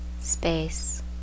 space